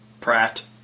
Pratt